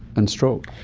and stroke.